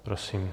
Prosím.